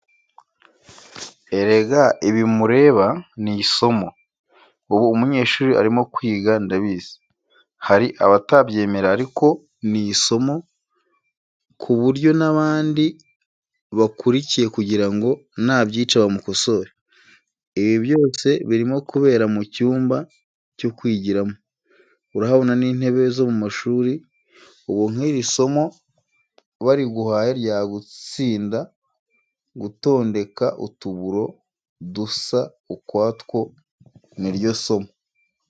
Erega ibi mureba ni isomo, ubu umunyeshuri arimo kwiga ndabizi, hari abatabyemera ariko ni isomo ku buryo n'abandi bakurikiye kugira ngo nabyica bamukosore. Ibi byose birimo kubera mu cyumba cyo kwigiramo, urahabona n'intebe zo mu mashuri, ubu nk'iri somo bariguhaye ryagutsinda gutondeka utuburo dusa ukwatwo ni ryo somo.